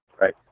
Right